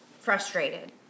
frustrated